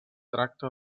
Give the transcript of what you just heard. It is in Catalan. tracta